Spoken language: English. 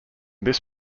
this